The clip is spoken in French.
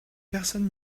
personne